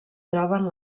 troben